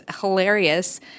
hilarious